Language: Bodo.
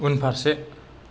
उनफारसे